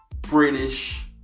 British